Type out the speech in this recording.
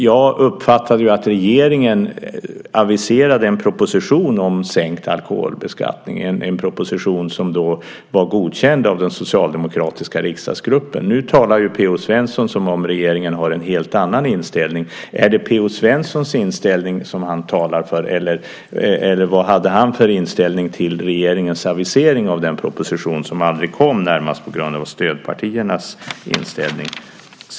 Jag uppfattade att regeringen aviserade en proposition om sänkt alkoholbeskattning, en proposition som var godkänd av den socialdemokratiska riksdagsgruppen. Nu talar Per-Olof Svensson som om regeringen har en helt annan inställning. Är det P-O Svenssons inställning som P-O Svensson talar för, eller vad hade han för inställning till regeringens avisering av den proposition som aldrig kom närmast på grund av stödpartiernas inställning?